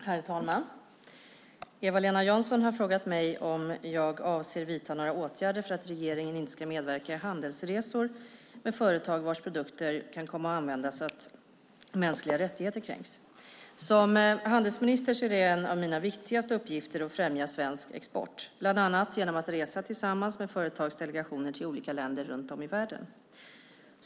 Herr talman! Eva-Lena Jansson har frågat mig om jag avser att vidta några åtgärder för att regeringen inte ska medverka i handelsresor med företag vars produkter kan komma att användas så att mänskliga rättigheter kränks. Som handelsminister är en av mina viktigaste uppgifter att främja svensk export, bland annat genom att resa tillsammans med företagsdelegationer till olika länder runt om i världen.